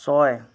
ছয়